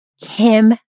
Kim